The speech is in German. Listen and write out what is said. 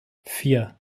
vier